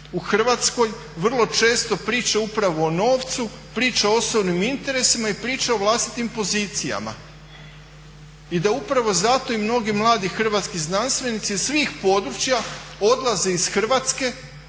u Hrvatskoj vrlo često priča upravo o novcu, priča o osobnim interesima i priča o vlastitim pozicijama. I da upravo zato mnogi mladi hrvatski znanstvenici iz svih područja odlaze iz Hrvatske